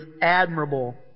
admirable